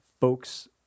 folks